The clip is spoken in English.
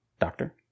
doctor